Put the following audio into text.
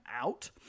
out